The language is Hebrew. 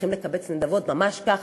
הולכים לקבץ נדבות, ממש ככה.